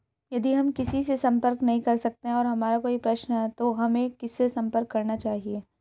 यदि हम किसी से संपर्क नहीं कर सकते हैं और हमारा कोई प्रश्न है तो हमें किससे संपर्क करना चाहिए?